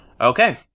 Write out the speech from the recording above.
Okay